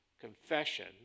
confession